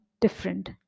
different